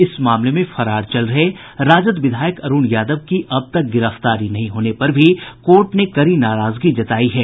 इस मामले में फरार चल रहे राजद विधायक अरूण यादव की अब तक गिरफ्तारी नहीं होने पर भी कोर्ट ने कड़ी नाराजगी जतायी है